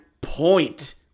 point